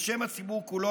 בשם הציבור כולו,